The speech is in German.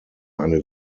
eine